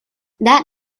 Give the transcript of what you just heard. that